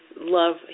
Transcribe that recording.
love